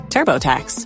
TurboTax